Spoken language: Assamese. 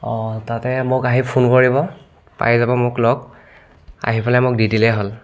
অঁ তাতে আহি মোক ফোন কৰিব পাই যাব মোক লগ আহি পেলাই মোক দি দিলেই হ'ল